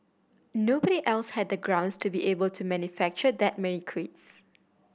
nobody else had the grounds to be able to manufacture that many crates